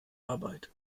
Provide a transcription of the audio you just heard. arbeit